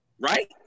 Right